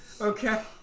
Okay